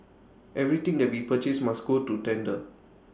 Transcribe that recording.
everything that we purchase must go to tender